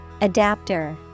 Adapter